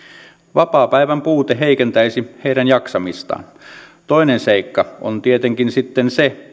vapaapäivän puute heikentäisi heidän jaksamistaan toinen seikka on tietenkin sitten se